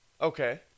Okay